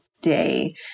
day